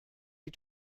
die